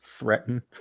threaten